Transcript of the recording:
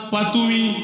Patui